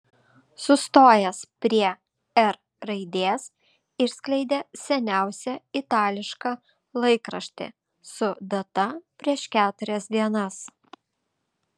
sustojęs prie r raidės išskleidė seniausią itališką laikraštį su data prieš keturias dienas